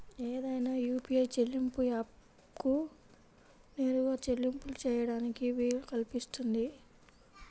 ఏదైనా యూ.పీ.ఐ చెల్లింపు యాప్కు నేరుగా చెల్లింపులు చేయడానికి వీలు కల్పిస్తుంది